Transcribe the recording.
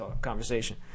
conversation